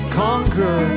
conquer